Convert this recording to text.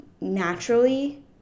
naturally